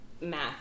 math